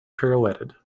pirouetted